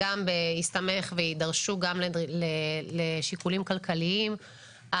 גם בהסתמך ויידרשו גם לשיקולים כלכליים.